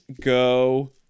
go